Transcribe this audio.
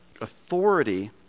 authority